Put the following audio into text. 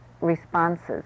responses